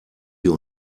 wir